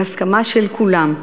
בהסכמה של כולם.